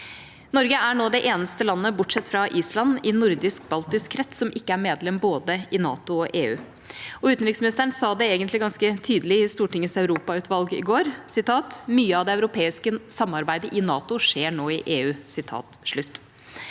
Norge er nå det eneste landet bortsett fra Island i nordisk-baltisk krets som ikke er medlem i både NATO og EU. Utenriksministeren sa det egentlig ganske tydelig i Stortingets europautvalg i går: Mye av det europeiske samarbeidet i NATO skjer nå i EU. Det